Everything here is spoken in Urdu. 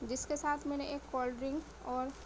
جس کے ساتھ میں نے ایک کول ڈرنگ اور